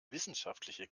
wissenschaftliche